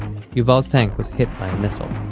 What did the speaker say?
yuval's tank was hit by a missile